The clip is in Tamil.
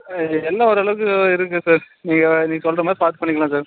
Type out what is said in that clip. ஆ எல்லாம் ஓரளவுக்கு இருக்கு சார் நீங்கள் நீங்கள் சொல்றமாதிரி பார்த்து பண்ணிக்கலாம் சார்